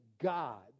God